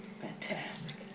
Fantastic